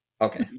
Okay